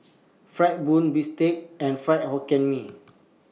Fried Bun Bistake and Fried Hokkien Mee